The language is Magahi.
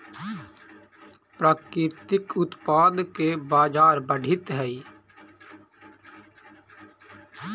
प्राकृतिक उत्पाद के बाजार बढ़ित हइ